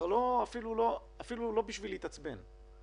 אפילו לא בשביל להתעצבן.